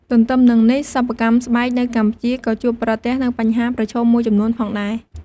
ទន្ទឺមនឹងនេះ សិប្បកម្មស្បែកនៅកម្ពុជាក៏ជួបប្រទះនូវបញ្ហាប្រឈមមួយចំនួនផងដែរ។